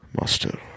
Master